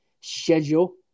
schedule